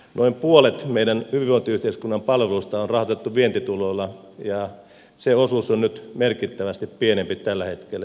noin puolet meidän hyvinvointiyhteiskunnan palveluista on rahoitettu vientituloilla ja se osuus on nyt merkittävästi pienempi tällä hetkellä